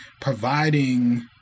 providing